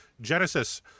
Genesis